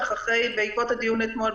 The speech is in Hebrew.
בעקבות הדיון אתמול,